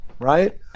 right